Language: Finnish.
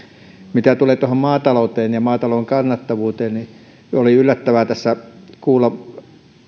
mitä tulee tuohon maatalouteen ja maatalouden kannattavuuteen niin oli yllättävää tässä kuulla